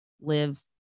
live